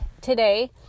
today